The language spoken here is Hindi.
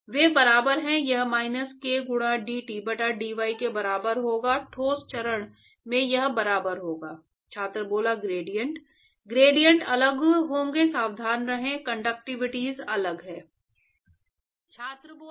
वे बराबर हैं यह माइनस k गुणा dT बटा dy के बराबर होगा ठोस चरण में यह बराबर होगा छात्र ग्रेडिएंट ग्रेडिएंट अलग होंगे सावधान रहें कंडक्टिविटीज़ अलग हैं